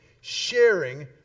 sharing